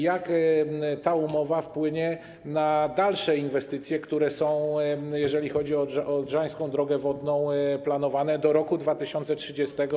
Jak ta umowa wpłynie na dalsze inwestycje, które są, jeżeli chodzi o Odrzańską Drogę Wodną, planowane do roku 2030?